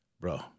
bro